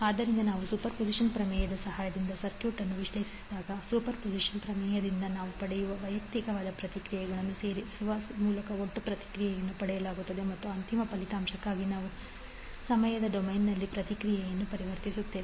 ಆದ್ದರಿಂದ ನಾವು ಸೂಪರ್ಪೋಸಿಷನ್ ಪ್ರಮೇಯದ ಸಹಾಯದಿಂದ ಸರ್ಕ್ಯೂಟ್ ಅನ್ನು ವಿಶ್ಲೇಷಿಸಿದಾಗ ಸೂಪರ್ಪೋಸಿಷನ್ ಪ್ರಮೇಯದಿಂದ ನಾವು ಪಡೆಯುವ ವೈಯಕ್ತಿಕ ಪ್ರತಿಕ್ರಿಯೆಗಳನ್ನು ಸೇರಿಸುವ ಮೂಲಕ ಒಟ್ಟು ಪ್ರತಿಕ್ರಿಯೆಯನ್ನು ಪಡೆಯಲಾಗುತ್ತದೆ ಮತ್ತು ಅಂತಿಮ ಫಲಿತಾಂಶಕ್ಕಾಗಿ ನಾವು ಸಮಯದ ಡೊಮೇನ್ನಲ್ಲಿ ಪ್ರತಿಕ್ರಿಯೆಯನ್ನು ಪರಿವರ್ತಿಸುತ್ತೇವೆ